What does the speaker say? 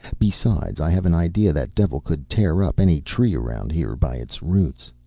besides, i have an idea that devil could tear up any tree around here by its roots.